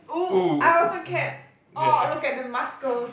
!oo! I also can oh look at the muscles